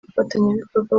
abafatanyabikorwa